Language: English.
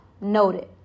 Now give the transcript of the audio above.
noted